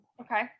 okay